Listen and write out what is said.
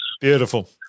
Beautiful